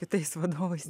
kitais vadovais